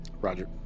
Roger